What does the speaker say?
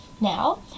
now